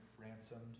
ransomed